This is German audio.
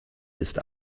ist